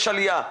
יש עלייה.